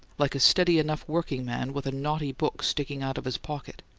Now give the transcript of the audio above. like a steady enough workingman with a naughty book sticking out of his pocket.